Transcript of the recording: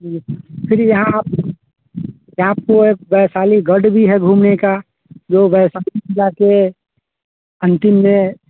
जी फ़िर यहाँ आप यहाँ आपको वैशाली गढ़ भी है घूमने का जो वैशाली में जाकर अंतिम में